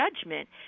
judgment